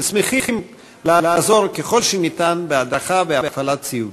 ושמחים לעזור ככל שניתן בהדרכה ובהפעלת ציוד.